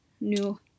new